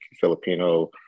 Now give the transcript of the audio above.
Filipino